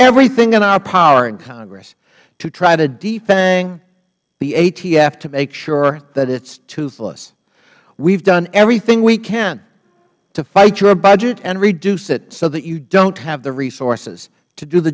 everything in our power in congress to try to defang the atf to make sure that it's toothless we've done everything we can to fight your budget and reduce it so that you don't have the resources to do the